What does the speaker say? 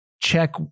check